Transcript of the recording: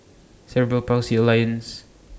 Cerebral Palsy Alliance